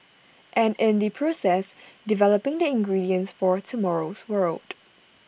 and in the process developing the ingredients for tomorrow's world